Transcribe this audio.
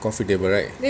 coffee table right